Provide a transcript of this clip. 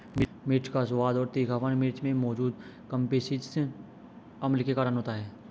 मिर्च का स्वाद और तीखापन मिर्च में मौजूद कप्सिसिन अम्ल के कारण होता है